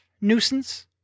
nuisance